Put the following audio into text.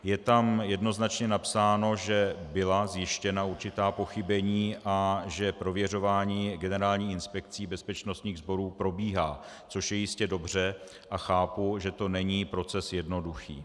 Je tam jednoznačně napsáno, že byla zjištěna určitá pochybení a že prověřování Generální inspekcí bezpečnostních sborů probíhá, což je jistě dobře, a chápu, že to není proces jednoduchý.